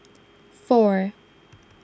four